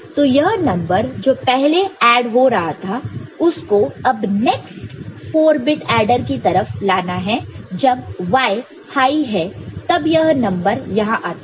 तो यह नंबर जो पहले ऐड हो रहा था उसको अब नेक्स्ट 4 बिट एडर की तरफ लाना है और जब Y हाई है तब यह नंबर यहां आता है